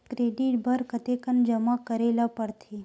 Credit बर कतेकन जमा करे ल पड़थे?